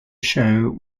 show